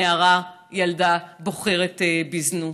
נערה, ילדה, בוחרת בזנות.